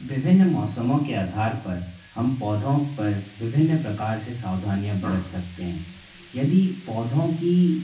विभिन्न मौसमों के आधार पर हम पौधों पर विभिन्न प्रकार से सावधानियाँ बरत सकते हैं यदि पौधों की